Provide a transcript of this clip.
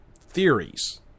theories